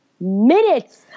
minutes